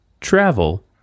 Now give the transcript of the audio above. travel